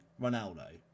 Ronaldo